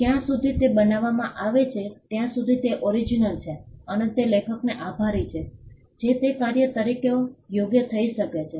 જ્યાં સુધી તે બનાવવામાં આવે છે ત્યાં સુધી તે ઓરીજનલ છે અને તે લેખકને આભારી છે જે તે કાર્ય તરીકે યોગ્ય થઈ શકે છે